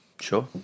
Sure